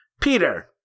Peter